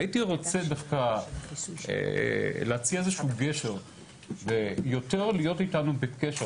הייתי רוצה דווקא להציע איזשהו גשר ויותר להיות איתנו בקשר,